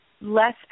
less